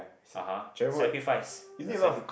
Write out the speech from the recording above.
(uh huh) sacrifice is a sacri~